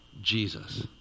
Jesus